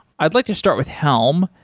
i'd like to start with helm.